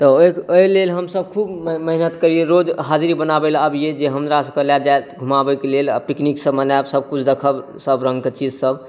तऽ ओहि ओहिलेल हमसब खूब मेहनति करिए रोज हाजिरी बनाबैलए आबिए जे हमरासबके लऽ जाएत घुमाबैके लेल पिकनिकसब मनाएब सबकिछु देखब सब रङ्गके चीजसब